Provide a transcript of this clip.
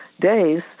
days